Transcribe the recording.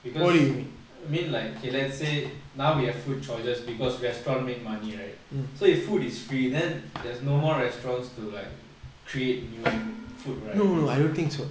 because I mean like okay let's say now we have food choices because restaurant make money right so if food is free then there's no more restaurants to like create new food right